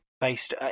based